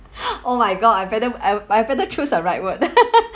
oh my god I better I I better choose the right word